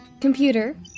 Computer